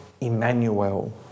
Emmanuel